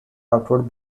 outward